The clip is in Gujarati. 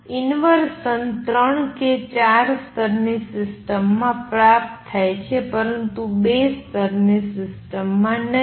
ઇનવર્સન ત્રણ કે ચાર સ્તરની સિસ્ટમમાં પ્રાપ્ત થાય છે પરંતુ બે સ્તરની સિસ્ટમમાં નહીં